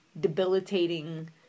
debilitating